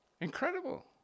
Incredible